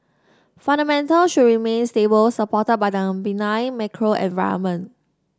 fundamental should remain stable supported by the benign macro environment